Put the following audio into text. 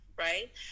Right